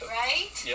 right